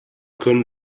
können